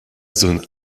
zone